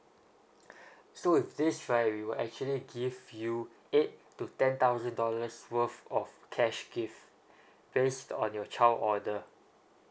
so if this right we will actually give you eight to ten thousand dollars worth of cash gift based on your child order